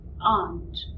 aunt